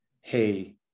hey